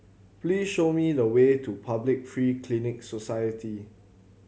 please show me the way to Public Free Clinic Society